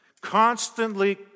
constantly